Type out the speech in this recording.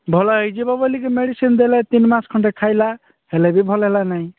ଭଲ ହୋଇଯିବ ବୋଲିକି ମେଡିସିନ୍ ଦେଲେ ତିନି ମାସ ଖଣ୍ଡେ ଖାଇଲା ହେଲେ ବି ଭଲ ହେଲା ନାହିଁ